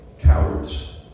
Cowards